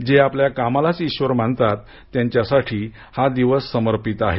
जे आपल्या कामालाच ईश्वर मानतात त्यांच्यासाठीह दिवस समर्पित आहे